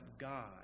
God